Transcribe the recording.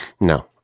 no